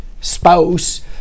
spouse